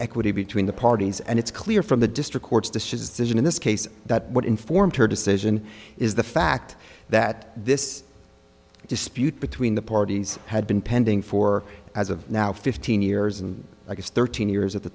equity between the parties and it's clear from the district court's decision in this case that what informs her decision is the fact that this dispute between the parties had been pending for as of now fifteen years and i guess thirteen years at the